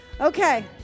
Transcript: okay